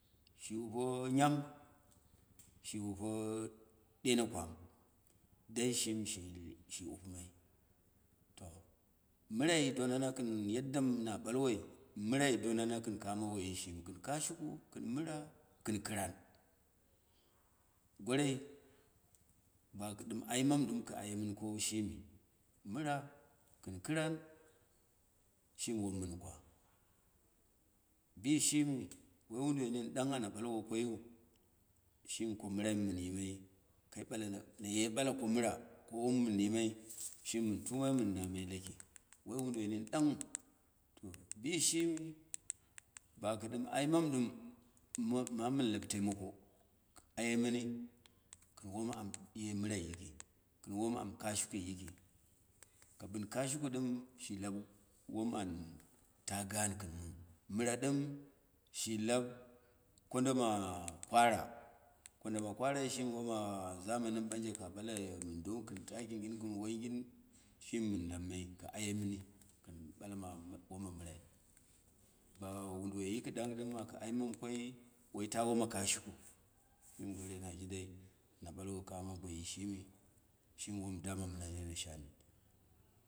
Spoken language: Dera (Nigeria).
Shi wupe nyaun, shi wupe ɗemo kwam, dai shɨ mi shi wu pumai, to, mɨrai donana kɨn yadda mɨna ɓalwoi, mɨrai don ona kɨn kamo woyi shimi, kɨn kashɨ ku, kɨn mɨra lɨn kɨran gorei bakɨ ɗɨm ai mama lau aye mɨni ko shɨmi, mɨra kɨn kɨran, shɨmi wom mɨn kwa, bishimi woi woduwoi nin ɗang ana ɓalwo koyiu shimi ko mɗtram mɨn yimai kai ɓala maye ko mɨra, ko wom mɨn yimai, shim mɨn kumai mɨn namai laki, woi woduwoi nin ɗanghau to, bishimi bakɨɗɨm ai mamu ɗɨm, mamu mɨn lap taimako, kɨ gye mɨni kɨn wom an ye mɨrai yiki, kɨm won an kashikui yiki, ka kashuku ɗɨm shi kap wom an ta gan mu, mɨra ɗɨm shɨ lap kandoma kwara, kondoma kwarai shimi woma zamoni mɓanje ka ɓaloi mɨn do kɨn taki gin kɨn woi gin, shin, mɨn lammai kɨ aye mɨn, ba woduwoi yiki ɗang ɗɨm akɨ ai mamu koi wita woma kashuku, shimi gorai na jundai, na ɓalwo kamo boyi shimi, shimi wonu dama mɨna nana shomi